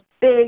big